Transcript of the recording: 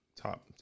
top